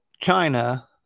China